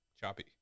Choppy